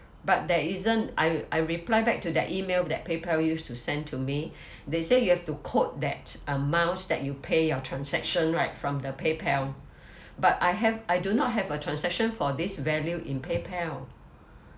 but there isn't I I reply back to that email that paypal used to send to me they say you have to code that amount that you pay your transaction right from the paypal but I have I do not have a transaction for this value in paypal